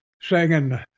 singing